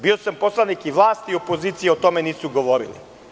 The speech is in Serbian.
Bio sam poslanik i vlasti i opozicije, o tome nisu govorili.